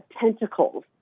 tentacles